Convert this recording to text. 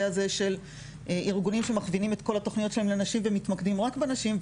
הזה של ארגוני שמכווינים את כל התוכניות שלהם לנשים ומתמקדים רק בנשים,